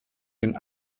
den